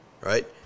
Right